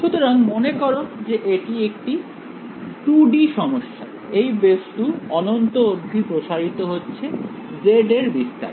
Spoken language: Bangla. সুতরাং মনে কর যে এটা একটি 2D সমস্যা এই বস্তু অনন্ত অবধি প্রসারিত হচ্ছে Z এর বিস্তারে